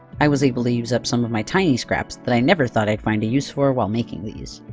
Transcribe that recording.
i was able to use up some of my tiny scraps that i never thought i'd find a use for, while making these.